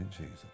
Jesus